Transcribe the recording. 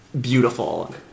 beautiful